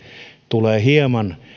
tulee hieman